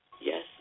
Yes